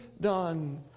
done